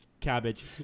cabbage